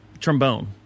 trombone